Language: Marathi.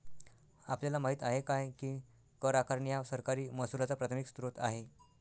आपल्याला माहित आहे काय की कर आकारणी हा सरकारी महसुलाचा प्राथमिक स्त्रोत आहे